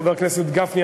חבר הכנסת גפני,